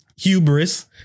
Hubris